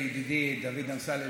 לידידי דוד אמסלם,